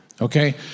okay